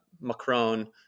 Macron